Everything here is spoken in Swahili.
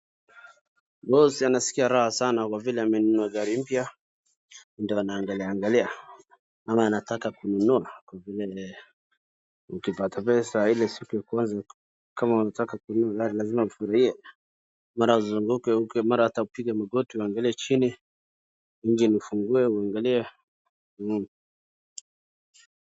Bosi anasikia raha sana kwa vile amenunua gari mpya, ndio anaangalia angalia ama anataka kununua, kwa vile ukipata pesa ile siku ya kwanza kama unataka kununua gari lazima ufikirie. Mara uzunguke huko, mara hata upige magoti uangalie chini, engine ufungue uangalie.